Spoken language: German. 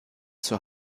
zur